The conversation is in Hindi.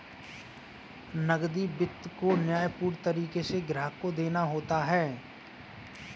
नकदी वित्त को न्यायपूर्ण तरीके से ग्राहक को देना होता है